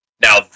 now